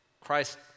Christ